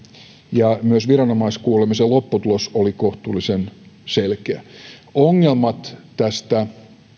ja myös viranomaiskuulemisen lopputulos oli kohtuullisen selkeä ongelmat tästä